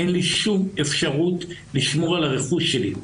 אין לי שום אפשרות לשמור על הרכוש שלי.